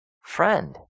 Friend